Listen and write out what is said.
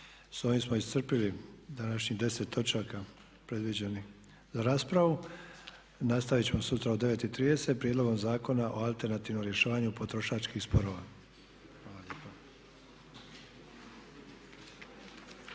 S ovim smo iscrpili današnjih 10 točaka predviđenih za raspravu. Nastaviti ćemo sutra u 9,30 Prijedlogom zakona o alternativnom rješavanju potrošačkih sporova.